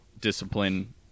discipline